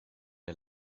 der